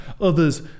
others